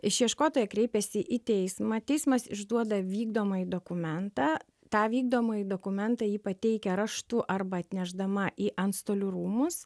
išieškotoja kreipiasi į teismą teismas išduoda vykdomąjį dokumentą tą vykdomąjį dokumentą ji pateikia raštu arba atnešdama į antstolių rūmus